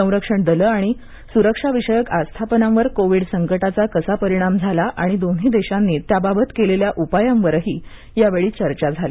संरक्षण दलं आणि सुरक्षा विषयक आस्थापनांवर कोविड संकटाचा कसा परिणाम झाला आणि दोन्ही देशांनी केलेल्या उपायांवरही यावेळी चर्चा झाली